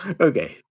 okay